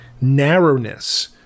narrowness